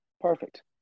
perfect